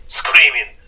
screaming